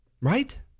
right